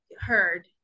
heard